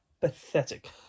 pathetic